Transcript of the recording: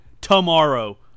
tomorrow